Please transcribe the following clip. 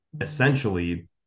essentially